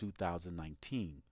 2019